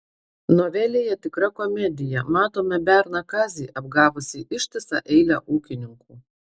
novelėje tikra komedija matome berną kazį apgavusį ištisą eilę ūkininkų